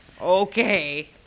Okay